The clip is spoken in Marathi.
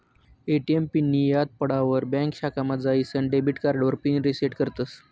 ए.टी.एम पिननीं याद पडावर ब्यांक शाखामा जाईसन डेबिट कार्डावर पिन रिसेट करतस